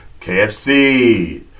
KFC